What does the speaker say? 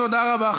תודה רבה.